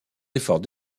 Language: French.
efforts